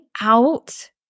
out